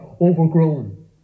overgrown